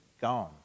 gone